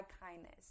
kindness